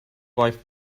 wife